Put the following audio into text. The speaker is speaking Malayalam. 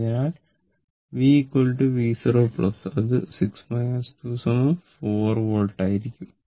അതിനാൽ v v0 അത് 6 2 4 വോൾട്ട് ആയിരിക്കും